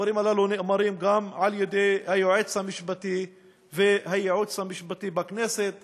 הדברים הללו נאמרים גם מפי היועץ המשפטי והייעוץ המשפטי בכנסת